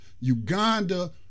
Uganda